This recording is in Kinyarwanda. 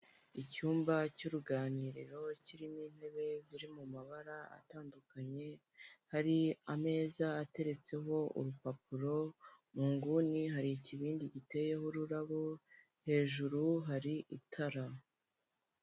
Icyumba cy'uruganiriro kirimo intebe ziri mu mabara atandukanye, hari ameza ateretseho urupapuro mu nguni hari ikibindi giteyeho ururabo hejuru hari itara.